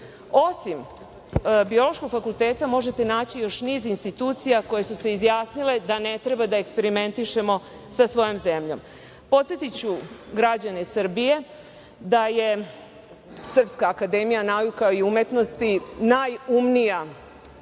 biološkog fakulteta, možete naći još niz institucija koje su se izjasnile da ne treba da eksperimentišemo sa svojom zemljom. Podsetiću građane Srbije da je SANU, najumnija institucija